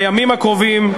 בימים הקרובים,